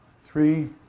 Three